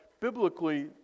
biblically